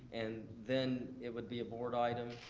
and then it would be a board item,